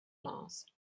miles